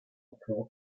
plan